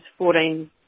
14